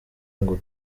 ngo